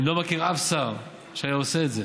אני לא מכיר אף שר שהיה עושה את זה.